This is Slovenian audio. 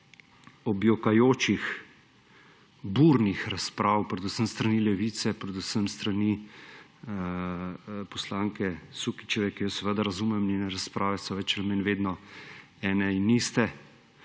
objokajočih burnih razprav predvsem s strani Levice, predvsem s strani poslanke Sukičeve, ki jo seveda razumem. Njene razprave so več ali manj vedno ene in iste,